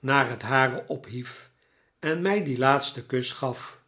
naar het hare ophief en mij dien laatsten kus gaf